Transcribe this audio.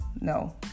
no